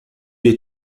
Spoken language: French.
est